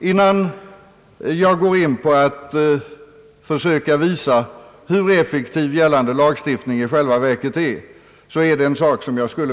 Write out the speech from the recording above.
Innan jag går in på att försöka visa hur effektiv gällande lagstiftning i själva verket är, vill jag erinra om en sak.